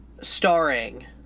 starring